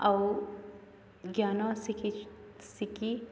ଆଉ ଜ୍ଞାନ ଶିଖି ଶିିଖି